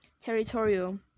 territorial